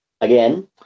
again